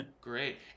Great